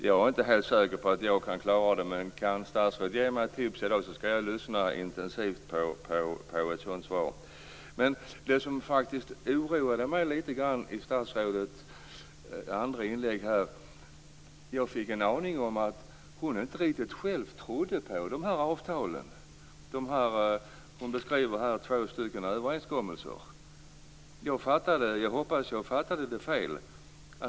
Jag är inte helt säker på att jag kan klara det, men kan statsrådet ge mig ett tips i dag skall jag lyssna intensivt på ett sådant svar. Det som faktiskt oroade mig lite grann i statsrådets andra inlägg var att jag fick en aning om att hon själv inte riktigt trodde på de här avtalen. Hon beskrev ju två stycken överenskommelser. Jag hoppas att jag fattade det fel.